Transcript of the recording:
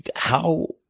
how